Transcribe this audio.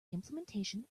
implementation